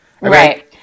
Right